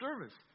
service